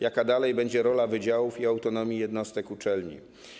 Jaka dalej będzie rola wydziałów i autonomii jednostek uczelni?